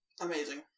Amazing